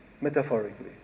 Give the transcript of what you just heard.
metaphorically